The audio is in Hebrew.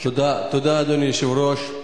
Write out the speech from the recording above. אדוני היושב-ראש,